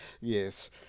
Yes